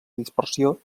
dispersió